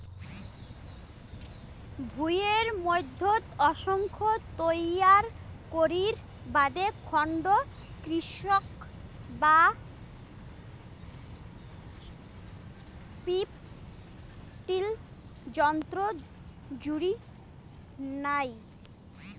ভুঁইয়ের মইধ্যত অংশ তৈয়ার করির বাদে খন্ড কর্ষক বা স্ট্রিপ টিল যন্ত্রর জুড়ি নাই